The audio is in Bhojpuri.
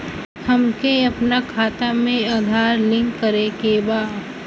हमके अपना खाता में आधार लिंक करें के बा?